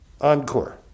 encore